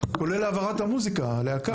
כולל העברת המוזיקה, הלהקה.